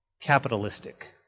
capitalistic